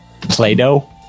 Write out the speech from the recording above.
Play-Doh